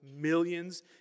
millions